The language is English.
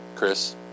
Chris